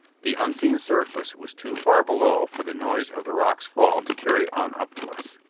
the unseen surface was too far below for the noise of the rock's fall to carry on up to us.